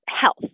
health